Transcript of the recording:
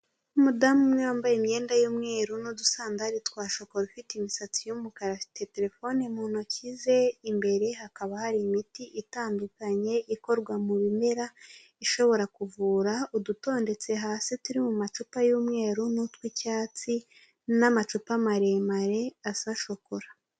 Umudamu umwe wambaye imyenda y'umweru n'udusandari twa shokora ufite imisatsi y'umukara, afite telefone mu ntoki ze, imbere hakaba hari imiti itandukanye ikorwa mu bimera ishobora kuvura, udutondetse hasi turi mu macupa y'umweru n'utw'cyatsi n'amacupa maremare asa shokora.